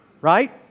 Right